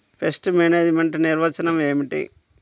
Pest management నిర్వచనం ఏమిటి?